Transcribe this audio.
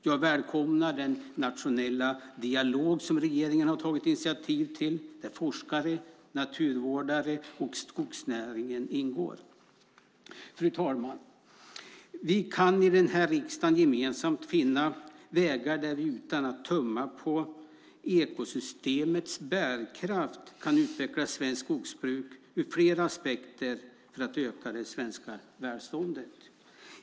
Jag välkomnar den nationella dialog som regeringen har tagit initiativ till där forskare, naturvårdare och skogsnäring ingår. Fru talman! Vi kan i riksdagen gemensamt finna vägar där vi utan att tumma på ekosystemets bärkraft kan utveckla svenskt skogsbruk ur flera aspekter för att öka det svenska välståndet.